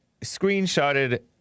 screenshotted